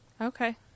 Okay